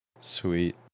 Sweet